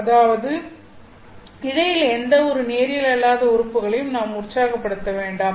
அதாவது இழையில் எந்தவொரு நேரியல் அல்லாத உறுப்புகளையும் நாம் உற்சாகப்படுத்த வேண்டாம்